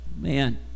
Man